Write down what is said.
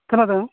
खोनादों